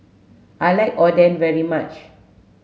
I like Oden very much